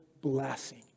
blessing